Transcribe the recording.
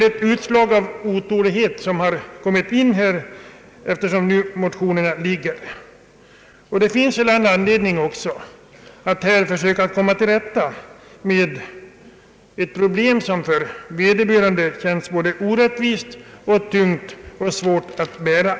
Motionerna får väl ses som ett utslag av otålighet, ty det finns all anledning att försöka ändra på ett förhållande som för vederbörande känns orättvist, tungt och svårt att bära.